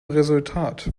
resultat